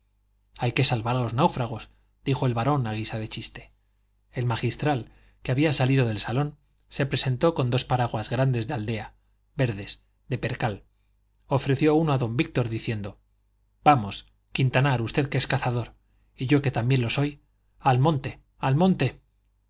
hay que salvar a los náufragos dijo el barón a guisa de chiste el magistral que había salido del salón se presentó con dos paraguas grandes de aldea verdes de percal ofreció uno a don víctor diciendo vamos quintanar usted que es cazador y yo que también lo soy al monte